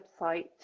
website